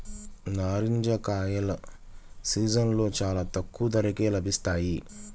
నారింజ కాయల సీజన్లో చాలా తక్కువ ధరకే లభిస్తాయి